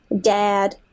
dad